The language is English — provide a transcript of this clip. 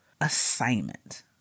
assignment